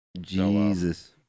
Jesus